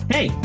Hey